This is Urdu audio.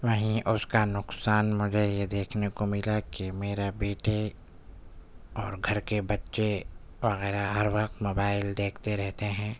وہیں اس کا نقصان مجھے یہ دیکھنے کو ملا کہ میرا بیٹے اور گھر کے بچے وغیرہ ہر وقت موبائل دیکھتے رہتے ہیں